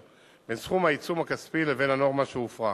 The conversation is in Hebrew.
בין סכום העיצום הכספי לבין הנורמה שהופרה.